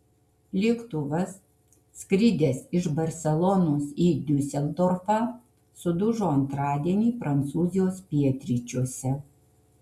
lėktuvas skridęs iš barselonos į diuseldorfą sudužo antradienį prancūzijos pietryčiuose